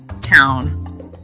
town